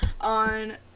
on